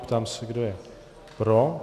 Ptám se, kdo je pro.